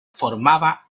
formaba